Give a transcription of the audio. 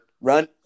run